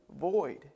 void